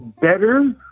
Better